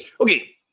Okay